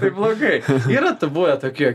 tai blogai yra buvę tokie